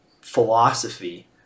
philosophy